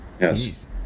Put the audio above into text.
Yes